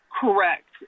Correct